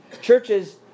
Churches